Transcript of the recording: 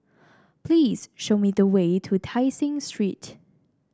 please show me the way to Tai Seng Street